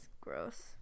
gross